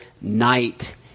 night